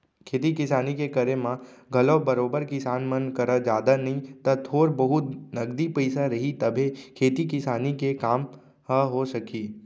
खेती किसानी के करे म घलौ बरोबर किसान मन करा जादा नई त थोर बहुत नगदी पइसा रही तभे खेती किसानी के काम ह हो सकही